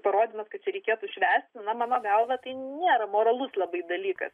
parodymas kad čia reikėtų švęsti mano galva tai nėra moralus labai dalykas